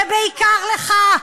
ובעיקר לך,